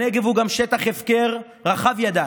הנגב הוא גם שטח הפקר רחב ידיים,